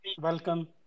welcome